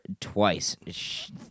twice